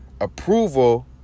Approval